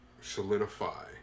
solidify